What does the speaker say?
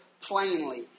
plainly